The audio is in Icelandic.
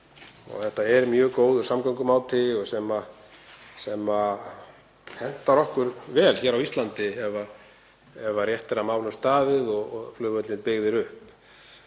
Þetta er mjög góður samgöngumáti sem hentar okkur vel hér á Íslandi ef rétt er að málum staðið og flugvellir byggðir upp.